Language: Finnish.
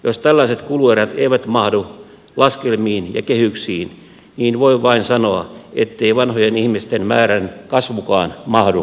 jos tällaiset kuluerät eivät mahdu laskelmiin ja kehyksiin niin voin vain sanoa ettei vanhojen ihmisten määrän kasvukaan mahdu kehyksiin